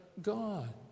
God